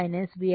సరే